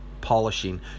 polishing